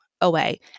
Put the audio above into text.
away